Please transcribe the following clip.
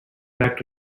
back